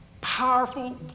powerful